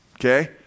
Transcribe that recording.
Okay